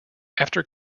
after